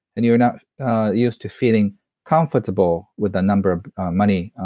and you are not used to feeling comfortable with the number of money,